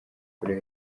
korea